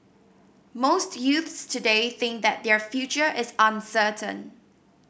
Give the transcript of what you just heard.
most youths today think that their future is uncertain